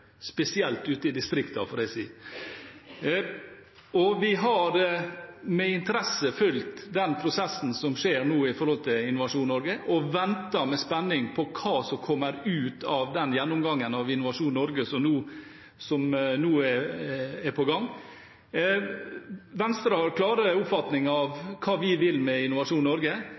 spesielt ute i distriktene. Vi har med interesse fulgt den prosessen som skjer nå i Innovasjon Norge, og venter i spenning på hva som kommer ut av den gjennomgangen av Innovasjon Norge som nå er på gang. Venstre har klare oppfatninger